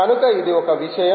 కనుక ఇది ఒక విషయం